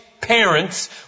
parents